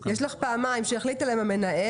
יש לך פעמיים החליט עליהם המנהל,